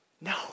No